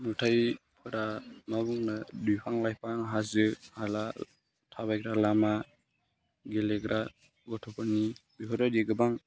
नुथायफोरा मा बुंनो बिफां लाइफां हाजो हाला थाबायग्रा लामा गेलेग्रा गथ'फोरनि बेफोरबायदि गोबां